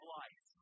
life